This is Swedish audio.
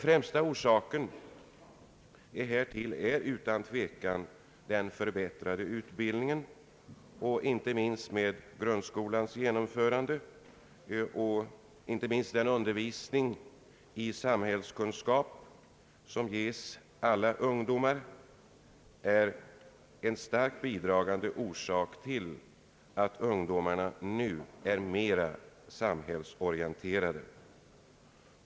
Främsta orsaken härtill är utan tvekan den förbättrade utbildningen, inte minst genom grundskolans införande. Även den undervisning i samhällskunskap som ges alla ungdomar bidrar starkt till att ungdomarna nu är mera samhällsorienterade.